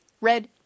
red